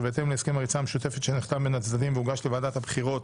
ובהתאם להסכם הריצה המשותפת שנחתם בין הצדדים והוגש לוועדת הבחירות